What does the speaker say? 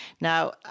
Now